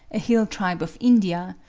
a hill-tribe of india,